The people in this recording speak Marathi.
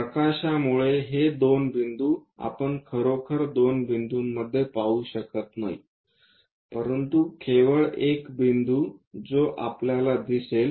प्रकाशामुळे हे दोन बिंदू आपण खरोखर दोन बिंदूंमध्ये पाहू शकत नाही परंतु केवळ एक बिंदू जे आपल्याला दिसेल